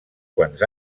quants